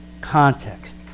context